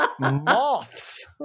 moths